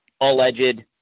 alleged